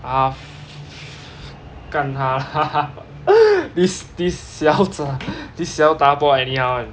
啊 f~ 干他 this this this siao zha bor anyhow [one]